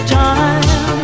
time